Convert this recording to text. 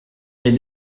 les